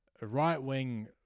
right-wing